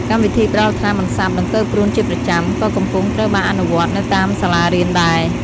កម្មវិធីផ្តល់ថ្នាំបន្សាបដង្កូវព្រូនជាប្រចាំ ក៏កំពុងត្រូវបានអនុវត្តនៅតាមសាលារៀនដែរ។